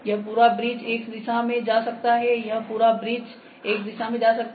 यह पूरा bridge X दिशा में जा सकता है यह पूरा ब्रिज X दिशा में जा सकता है